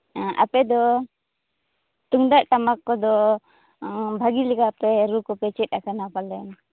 ᱦᱮᱸ ᱟᱯᱮ ᱫᱚ ᱛᱩᱢᱫᱟᱜ ᱴᱟᱢᱟᱠ ᱠᱚᱫᱚ ᱵᱷᱟᱹᱜᱤ ᱞᱮᱠᱟ ᱯᱮ ᱨᱩ ᱠᱚᱯᱮ ᱪᱮᱫ ᱟᱠᱟᱱᱟ ᱯᱟᱞᱮᱱ